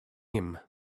him